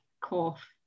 cough